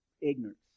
ignorance